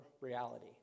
reality